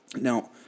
Now